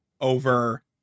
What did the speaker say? Over